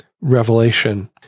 revelation